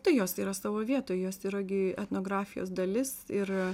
tai jos yra savo vietoj jos yra gi etnografijos dalis ir